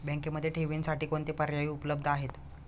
बँकेमध्ये ठेवींसाठी कोणते पर्याय उपलब्ध आहेत?